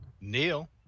neil